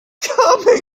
fatima